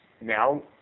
now